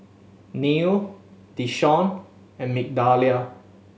Neal Deshawn and Migdalia